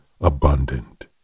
abundant